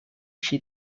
she